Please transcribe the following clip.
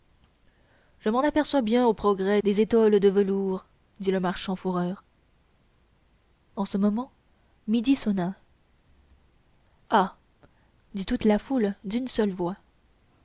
je m'en aperçois bien aux progrès des étoles de velours dit le marchand fourreur en ce moment midi sonna ha dit toute la foule d'une seule voix